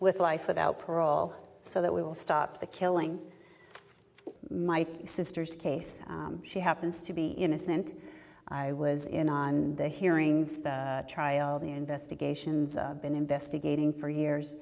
with life without parole so that we will stop the killing my sister's case she happens to be innocent i was in on the hearings trial the investigations been investigating for years